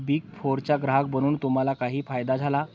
Big फोरचा ग्राहक बनून तुम्हाला काही फायदा झाला?